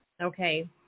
Okay